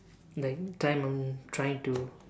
like time I'm trying to